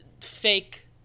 fake